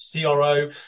CRO